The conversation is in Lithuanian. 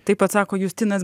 taip atsako justinas